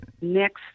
next